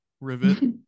rivet